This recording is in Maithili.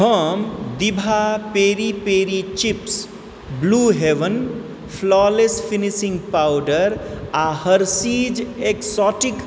हम दीभा peri peri chips blue heaven flawless finishing powder आ हरसिज एक्सॉटिक